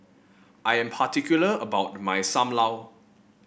I am particular about my Sam Lau